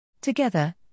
Together